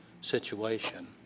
situation